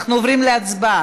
אנחנו עוברים להצבעה.